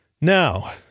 Now